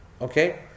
Okay